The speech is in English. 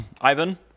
Ivan